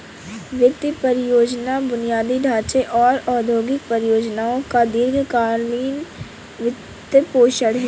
वित्त परियोजना बुनियादी ढांचे और औद्योगिक परियोजनाओं का दीर्घ कालींन वित्तपोषण है